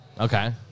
Okay